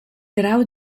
grau